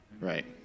right